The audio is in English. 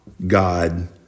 God